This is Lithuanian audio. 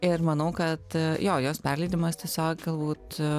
ir manau kad jo jos perleidimas tiesiog galbūt